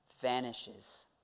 vanishes